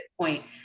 point